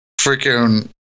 freaking